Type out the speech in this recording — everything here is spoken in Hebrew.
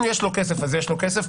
אם יש לו כסף אז יש לו כסף,